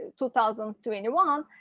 two thousand twenty one,